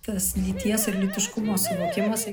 tas lyties ir lytiškumo suvokimas